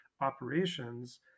operations